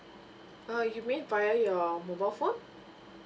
uh you mean via your mobile phone